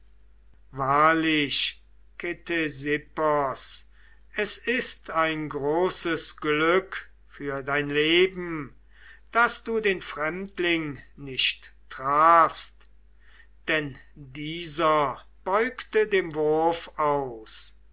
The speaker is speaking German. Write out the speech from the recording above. wahrlich ktesippos es ist ein großes glück für dein leben daß du den fremdling nicht trafst denn dieser beugte dem wurf aus